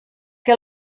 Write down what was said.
que